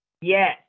Yes